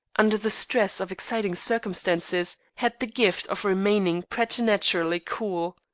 under the stress of exciting circumstances, had the gift of remaining preternaturally cool.